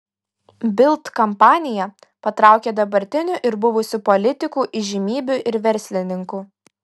bild kampanija patraukė dabartinių ir buvusių politikų įžymybių ir verslininkų